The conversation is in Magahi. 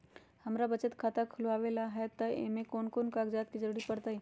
हमरा बचत खाता खुलावेला है त ए में कौन कौन कागजात के जरूरी परतई?